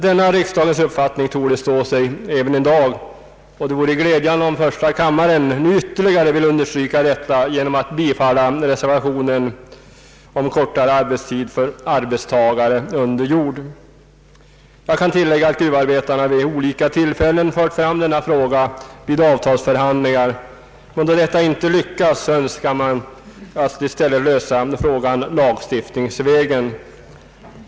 Denna riksdagens uppfattning torde stå sig ännu i dag, och det vore glädjande om första kammaren nu ytterligare ville understryka detta genom att bifalla motionen om kortare arbets tid för arbetstagare under jord. Jag kan tillägga att gruvarbetarna vid olika tillfällen fört fram dessa frågor vid avtalsförhandlingar, och då de inte haft framgång önskar man i stället lösa frågan lagstiftningsvägen.